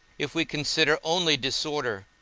if we consider only disorder,